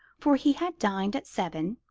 for he had dined at seven,